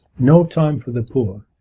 no time for the poor,